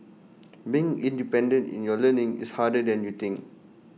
being independent in your learning is harder than you think